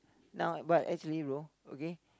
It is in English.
now but actually bro okay